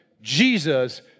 Jesus